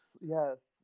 yes